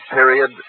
Period